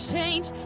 Change